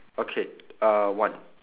okay uh one